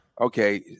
Okay